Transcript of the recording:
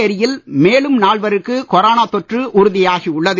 புதுச்சேரியில் மேலும் நால்வருக்கு கொரோனா தொற்று உறுதியாகி உள்ளது